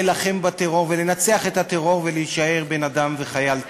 אפשר להילחם בטרור ולנצח את הטרור ולהישאר בן-אדם וחייל טוב,